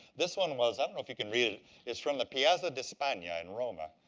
this one was i don't know if you can read it it's from the piazza di spagna in roma.